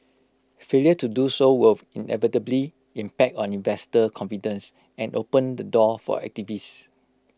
failure to do so will inevitably impact on investor confidence and open the door for activists